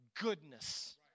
goodness